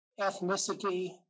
ethnicity